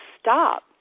stop